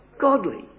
godly